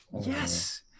yes